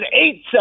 eight